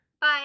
bye